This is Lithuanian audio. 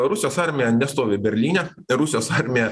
rusijos armija nestovi berlyne rusijos armija